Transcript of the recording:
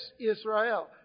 Israel